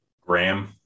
Graham